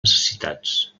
necessitats